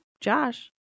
Josh